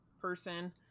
person